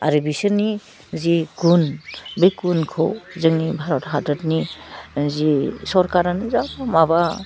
आरो बिसोरनि जे गुन बे गुनखौ जोंनि भारत हादोदनि जि सरकारानो जा माबा